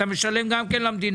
אתה משלם גם כן למדינה.